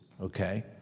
okay